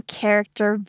Character